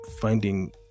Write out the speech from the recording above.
finding